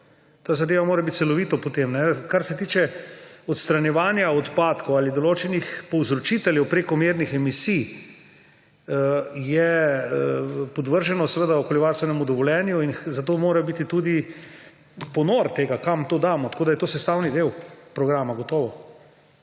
Ta zadeva mora biti celovito potem … Kar se tiče odstranjevanja odpadkov ali določenih povzročiteljev prekomernih emisij, je podvrženo seveda okoljevarstvenemu dovoljenju in zato mora biti tudi ponor tega, kam to damo, tako da je to sestavni del programa, gotovo.